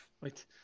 Wait